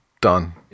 Done